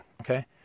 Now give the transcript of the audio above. okay